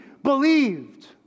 believed